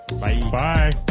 Bye